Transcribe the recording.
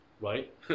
right